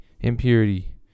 impurity